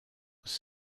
was